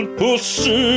pussy